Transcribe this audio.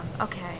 okay